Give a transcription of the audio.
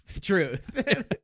truth